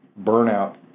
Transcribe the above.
burnout